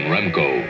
Remco